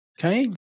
okay